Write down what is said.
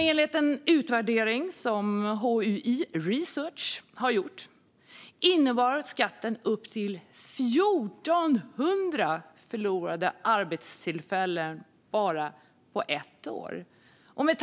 Enligt en utvärdering som HUI Research har gjort innebar skatten upp till 1 400 förlorade arbetstillfällen bara på ett år.